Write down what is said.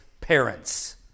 parents